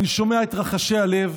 אני שומע את רחשי הלב,